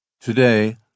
Today